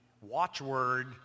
watchword